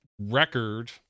record